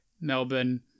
Melbourne